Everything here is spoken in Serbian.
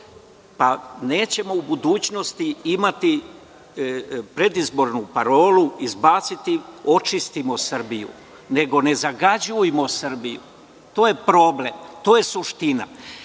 Nećemo u budućnosti imati predizbornu parolu – očistimo Srbiju, nego – ne zagađujmo Srbiju. To je problem. To je suština